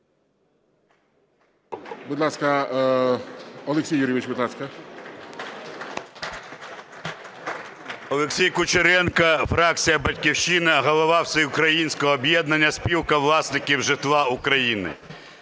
Олексій Кучеренко, фракція "Батьківщина", голова Всеукраїнського об'єднання "Спілка власників житла України".